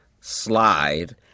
Slide